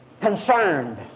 concerned